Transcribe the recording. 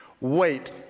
Wait